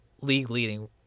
league-leading